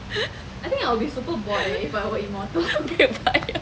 vampire